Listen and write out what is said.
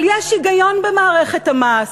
אבל יש היגיון במערכת המס,